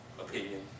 opinion